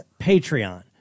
Patreon